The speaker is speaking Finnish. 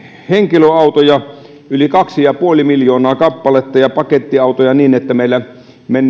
henkilöautoja yli kaksi pilkku viisi miljoonaa kappaletta ja pakettiautoja niin että meillä